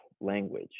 language